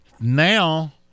now